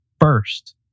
first